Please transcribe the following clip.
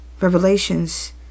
Revelations